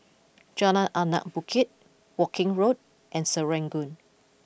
Jalan Anak Bukit Woking Road and Serangoon